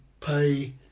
pay